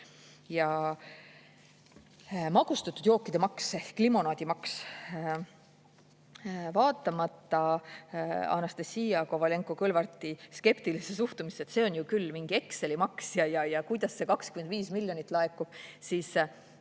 Ja magustatud jookide maks ehk limonaadimaks. Vaatamata Anastassia Kovalenko-Kõlvarti skeptilisele suhtumisele, et see on ju küll mingi Exceli maks ja kuidas see 25 miljonit laekub, see